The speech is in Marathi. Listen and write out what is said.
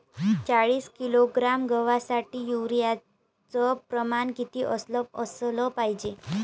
चाळीस किलोग्रॅम गवासाठी यूरिया च प्रमान किती असलं पायजे?